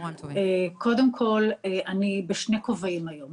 קודם כל, אני בשני כובעים היום.